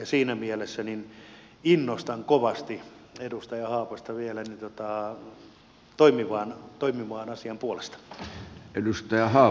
siinä mielessä innostan kovasti edustaja haapasta vielä toimimaan asian puolesta